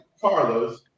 Carlos